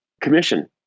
Commission